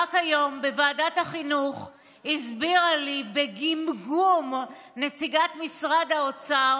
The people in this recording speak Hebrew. רק היום בוועדת החינוך הסבירה לי בגמגום נציגת משרד האוצר